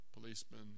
policemen